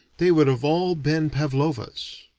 they would have all been pavlowas.